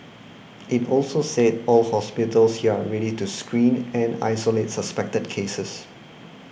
it also said all hospitals here are ready to screen and isolate suspected cases